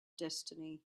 destiny